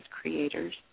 creators